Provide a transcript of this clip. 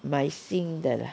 买新的 lah